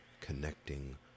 connecting